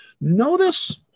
notice